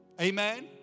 Amen